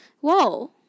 Whoa